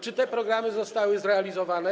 Czy te programy zostały zrealizowane?